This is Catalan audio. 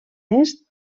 est